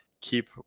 keep